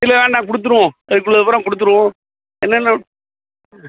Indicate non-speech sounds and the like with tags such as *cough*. இல்லை வேண்டாம் கொடுத்துடுவோம் *unintelligible* அப்புறம் கொடுத்துடுவோம் என்னென்ன